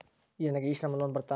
ನನಗೆ e Shram loan ಬರುತ್ತಾ?